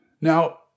Now